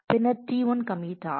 பின்னர் T1 கமிட்டாகும்